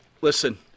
listen